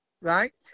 right